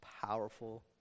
powerful